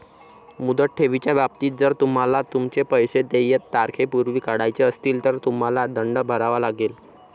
मुदत ठेवीच्या बाबतीत, जर तुम्हाला तुमचे पैसे देय तारखेपूर्वी काढायचे असतील, तर तुम्हाला दंड भरावा लागेल